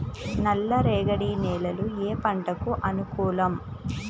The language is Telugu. నల్ల రేగడి నేలలు ఏ పంటకు అనుకూలం?